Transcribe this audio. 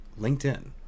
LinkedIn